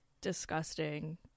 disgusting